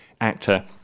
Actor